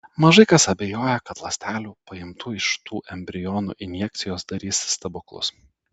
mažai kas abejoja kad ląstelių paimtų iš tų embrionų injekcijos darys stebuklus